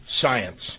science